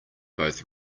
both